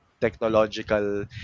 technological